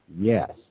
yes